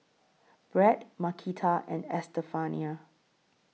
Brad Marquita and Estefania